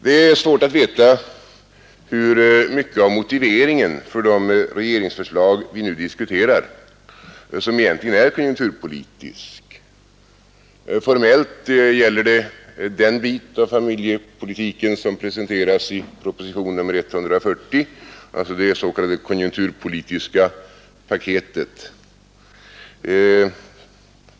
Det är svårt att veta hur mycket av motiveringen för de regeringsförslag vi nu diskuterar som egentligen är konjunkturpolitiskt. Formellt gäller det den bit av familjepolitiken som presenteras i propositionen 140, alltså det s.k. konjunkturpolitiska paketet.